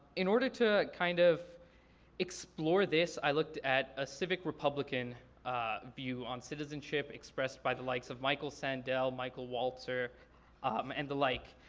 in order to kind of explore this i looked at a civic republican view on citizenship, expressed by the likes of michael sandel, michael walzer um and the like.